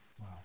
Wow